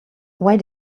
why